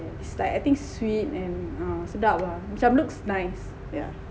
is like I think sweet and uh sedap ah macam looks nice yeah